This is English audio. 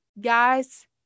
guys